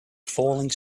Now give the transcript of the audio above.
falling